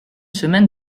semaine